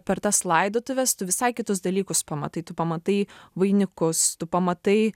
per tas laidotuves tu visai kitus dalykus pamatai tu pamatai vainikus tu pamatai